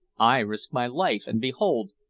i risk my life, and behold!